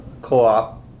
co-op